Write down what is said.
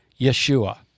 Yeshua